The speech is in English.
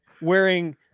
wearing